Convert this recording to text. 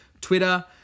Twitter